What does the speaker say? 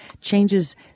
changes